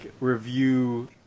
review